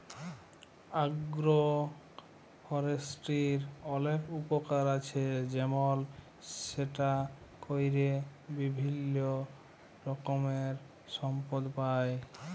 আগ্র ফরেষ্ট্রীর অলেক উপকার আছে যেমল সেটা ক্যরে বিভিল্য রকমের সম্পদ পাই